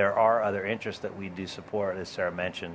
there are other interests that we do so sara mentioned